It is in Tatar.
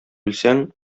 белсәң